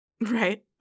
Right